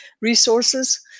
resources